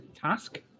task